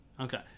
Okay